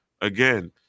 again